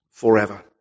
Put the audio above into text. Forever